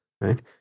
right